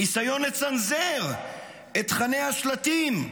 ניסיון לצנזר את תוכני השלטים,